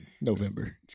November